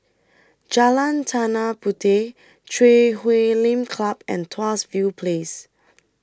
Jalan Tanah Puteh Chui Huay Lim Club and Tuas View Place